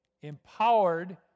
Empowered